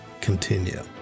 continue